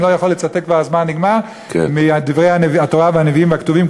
אני לא יכול לצטט מדברי התורה והנביאים והכתובים,